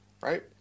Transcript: right